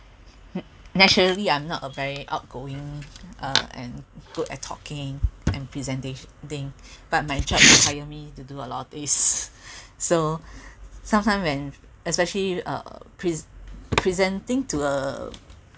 naturally I'm not a very outgoing uh and good at talking and presentation thing but my job require me to do a lot of this so sometime when especially uh pre~ presenting to uh